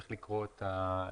צריך לקרוא את הצו.